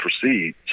proceed